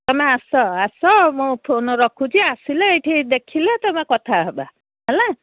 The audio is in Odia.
ତମେ ଆସ ଆସ ମୁଁ ଫୋନ୍ ରଖୁଛି ଆସିଲେ ଏଇଠି ଦେଖିଲେ ତମେ କଥା ହେବା ହେଲା